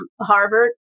Harvard